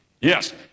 yes